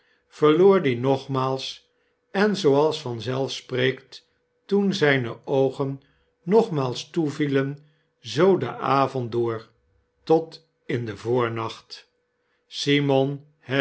verloor die nogmaals en zooals vanzelf spreekt toen zyne oogen nogmaals toevielen zoo den avond door tot in den voornacht simon